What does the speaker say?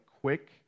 quick